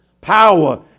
power